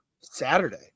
Saturday